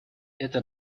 эта